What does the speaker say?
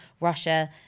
Russia